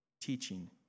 teaching